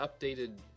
updated